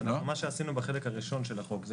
מה שעשינו בחלק הראשון של החוק זה